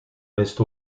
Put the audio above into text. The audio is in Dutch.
best